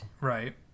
Right